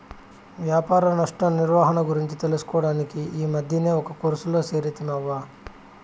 వ్యాపార నష్ట నిర్వహణ గురించి తెలుసుకోడానికి ఈ మద్దినే ఒక కోర్సులో చేరితిని అవ్వా